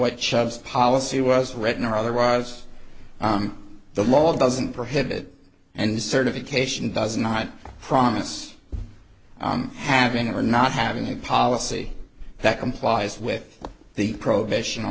what shabbes policy was written or otherwise the law doesn't prohibit and certification does not promise having or not having a policy that complies with the prohibition